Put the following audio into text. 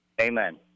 Amen